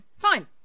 fine